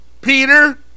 Peter